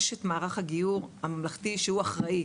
יש את מערך הגיור הממלכתי שהוא אחראי